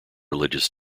religious